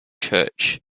church